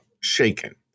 shaken